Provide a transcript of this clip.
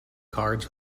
cards